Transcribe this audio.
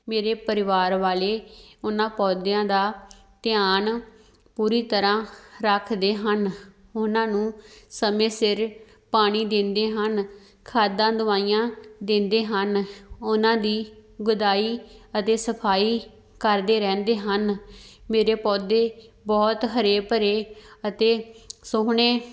ਮੇਰੇ ਪਰਿਵਾਰ ਵਾਲੇ ਉਹਨਾਂ ਪੌਦਿਆਂ ਦਾ ਧਿਆਨ ਪੂਰੀ ਤਰ੍ਹਾਂ ਰੱਖਦੇ ਹਨ ਉਹਨਾਂ ਨੂੰ ਸਮੇਂ ਸਿਰ ਪਾਣੀ ਦਿੰਦੇ ਹਨ ਖਾਦਾਂ ਦਵਾਈਆਂ ਦਿੰਦੇ ਹਨ ਉਹਨਾਂ ਦੀ ਗੁਡਾਈ ਅਤੇ ਸਫਾਈ ਕਰਦੇ ਰਹਿੰਦੇ ਹਨ ਮੇਰੇ ਪੌਦੇ ਬਹੁਤ ਹਰੇ ਭਰੇ ਅਤੇ ਸੋਹਣੇ